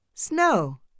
snow